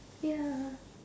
ya